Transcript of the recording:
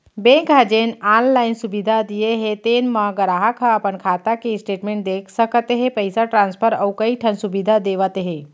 bank ह जेन online सुबिधा दिये हे तेन म गराहक ह अपन खाता के स्टेटमेंट देख सकत हे, पइसा ट्रांसफर अउ कइ ठन सुबिधा देवत हे